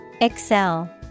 Excel